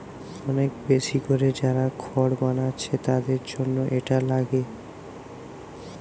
অনেক বেশি কোরে যারা খড় বানাচ্ছে তাদের জন্যে এটা লাগে